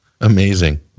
amazing